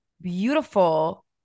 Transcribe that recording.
beautiful